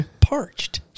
parched